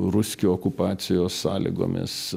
ruskio okupacijos sąlygomis